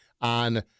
on